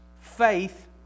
faith